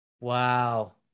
Wow